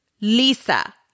Lisa